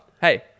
Hey